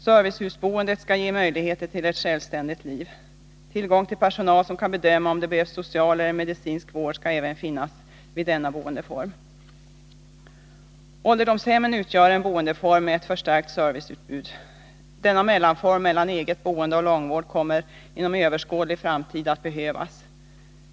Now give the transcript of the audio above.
Servicehusboendet skall ge möjligheter till ett självständigt liv. Tillgång till personal som kan bedöma om det behövs social eller medicinsk vård skall även finnas vid denna boendeform. Ålderdomshemmen utgör en boendeform med förstärkt serviceutbud. Denna mellanform mellan eget boende och långvård kommer inom överskådlig framtid att behövas.